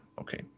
Okay